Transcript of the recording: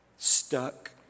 stuck